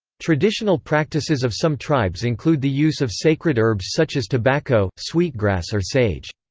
traditional practices of some tribes include the use of sacred herbs such as tobacco, sweetgrass or sage.